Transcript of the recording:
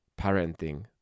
parenting